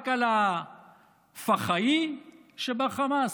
רק על הפח"עי שבחמאס?